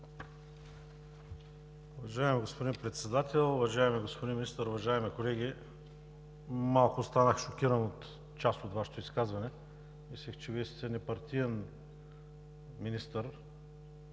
Уважаеми господин Председател, уважаеми господин Министър, уважаеми колеги! Малко останах шокиран от част от Вашето изказване. Мислех, че Вие сте непартиен министър